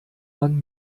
man